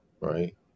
right